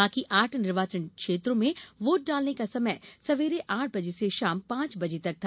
बाकी आठ निर्वाचन क्षेत्रों में वोट डालने का समय सवेरे आठ बजे से शाम पांच बजे तक था